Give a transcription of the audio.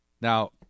Now